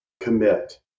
Commit